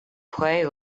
play